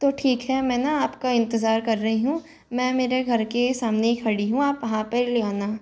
तो ठीक है मैं ना आपका इंतज़ार कर रही हूँ मैं मेरे घर के सामने ही खड़ी हूँ आप वहाँ पर ले आना